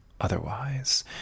otherwise